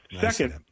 Second